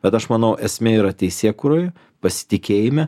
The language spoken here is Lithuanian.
bet aš manau esmė yra teisėkūroj pasitikėjime